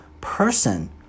person